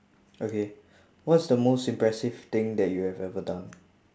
okay what's the most impressive thing that you have ever done